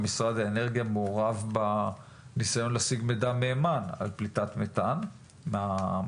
משרד האנרגיה מעורב בניסיון להשיג מידע מהימן על פליטת מתאן מהגז.